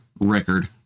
record